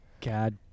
God